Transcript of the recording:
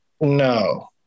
No